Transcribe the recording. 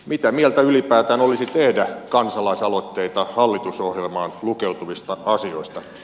mitä mieltä ylipäätään olisi tehdä kansalaisaloitteita hallitusohjelmaan lukeutuvista asioista